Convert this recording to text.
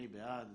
מי בעד?